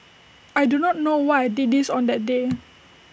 I do not know why I did this on that day